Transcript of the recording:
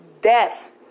death